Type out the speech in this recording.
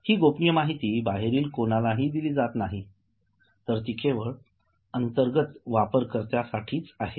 हि गोपनीय माहिती बाहेरील कोणालाही दिली जात नाही तर ती केवळ अंतर्गत वापरकर्त्यांसाठी आहे